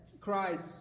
Christ